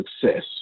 success